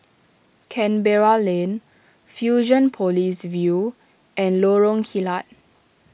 Canberra Lane Fusionopolis View and Lorong Kilat